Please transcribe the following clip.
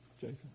Jason